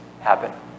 happen